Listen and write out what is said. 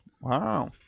wow